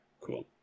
cool